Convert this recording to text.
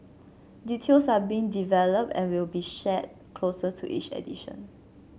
details are being developed and will be shared closer to each edition